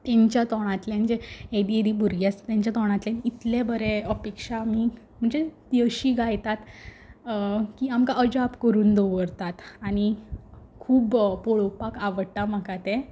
तेंच्या तोंडांतल्यान जें एदी एदी भुरगीं आसता तेंच्या तोंडांतल्यान इतले बरें अपेक्षा आनी म्हणजे तीं अशीं गायतात की आमकां अजाप करून दवरतात आनी खूब पोळोपाक आवडटा म्हाका तें